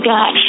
God